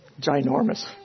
ginormous